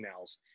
emails